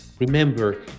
Remember